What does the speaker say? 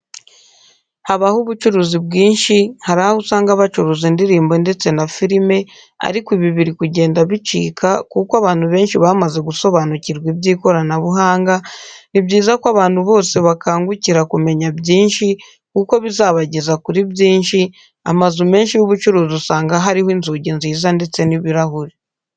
Habaho ubucuruzi bwinshi hari aho usanga bacuruza indirimbo ndetse na filime ariko ibi biri kugenda bicika kuko abantu benshi bamaze gusobanukirwa iby'ikoranabuhanga, ni byiza ko abantu bose bakangukira kumenya byinshi kuko bizabageza kuri byinshi, amazu menshi y'ubucuruzi usanga hariho inzugi nziza ndetse n'ibirahure.